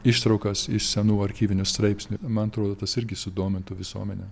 ištraukas iš senų archyvinių straipsnių man atrodo tas irgi sudomintų visuomenę